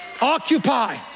Occupy